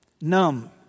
numb